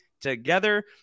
together